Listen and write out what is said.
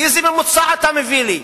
איזה ממוצע אתה מביא לי?